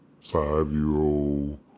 five-year-old